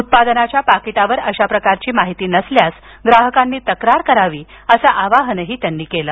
उत्पादनाच्या पाकिटावर अशा प्रकारची माहिती नसल्यास ग्राहकांनी तक्रार करावी असं आवाहन पासवान यांनी यावेळी केलं